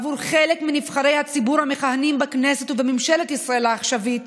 עבור חלק מנבחרי הציבור המכהנים בכנסת ובממשלת ישראל העכשווית